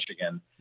Michigan